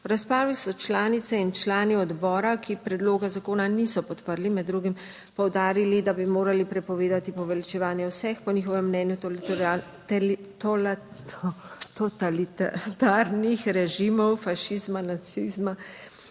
V razpravi so članice in člani odbora, ki predloga zakona niso podprli, med drugim poudarili, da bi morali prepovedati poveličevanje vseh, po njihovem mnenju, totalitarnih režimov, fašizma, nacizma,